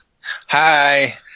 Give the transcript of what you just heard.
Hi